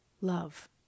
Love